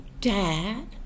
Dad